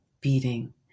beating